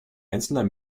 einzelner